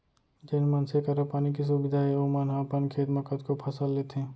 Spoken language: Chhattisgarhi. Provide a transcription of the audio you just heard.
जेन मनसे करा पानी के सुबिधा हे ओमन ह अपन खेत म कतको फसल लेथें